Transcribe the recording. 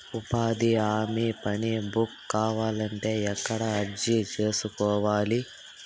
ఉపాధి హామీ పని బుక్ కావాలంటే ఎక్కడ అర్జీ సేసుకోవాలి?